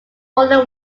holy